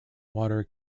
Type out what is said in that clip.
water